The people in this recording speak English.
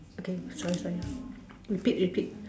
okay sorry sorry ah repeat repeat